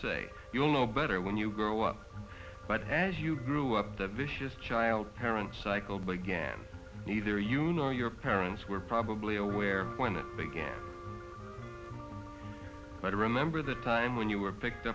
say you'll know better when you grow up but as you grew up the vicious child parent cycle began neither you nor your parents were probably aware when it began but i remember the time when you were picked